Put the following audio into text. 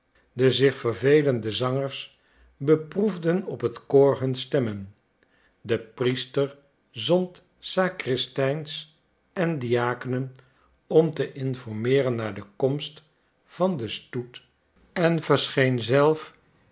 de zich vervelende zangers beproefden op het koor hun stemmen de priester zond sacristijns en diakenen om te informeeren naar de komst van den stoet en verscheen zelf